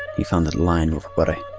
he found it lined with worry.